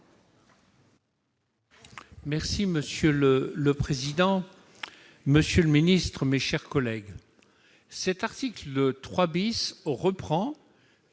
vote. Monsieur le président, monsieur le ministre, mes chers collègues,